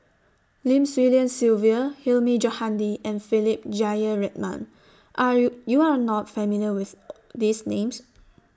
Lim Swee Lian Sylvia Hilmi Johandi and Philip Jeyaretnam Are YOU YOU Are not familiar with These Names